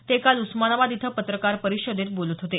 ते काल उस्मानाबाद इथं पत्रकार परिषदेत बोलत होते